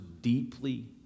deeply